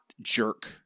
jerk